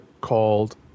called